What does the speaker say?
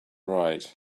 right